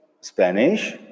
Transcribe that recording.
Spanish